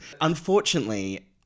unfortunately